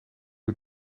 uur